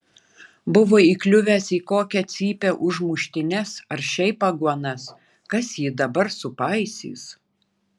buvo įkliuvęs į kokią cypę už muštynes ar šiaip aguonas kas jį dabar supaisys